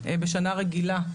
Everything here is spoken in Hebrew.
בשנה רגילה,